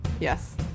Yes